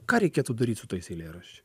ką reikėtų daryt su tais eilėraščiais